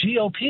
GOP